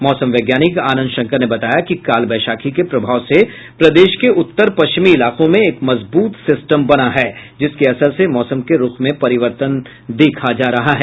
मौसम वैज्ञानिक आनंद शंकर ने बताया कि काल वैशाखी के प्रभाव से प्रदेश के उत्तर पश्चिमी इलाकों में एक मजबूत सिस्टम बना है जिसके असर से मौसम के रूख में परिवर्तन देखा जा रहा है